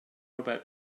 about